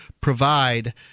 provide –